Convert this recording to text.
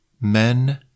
Men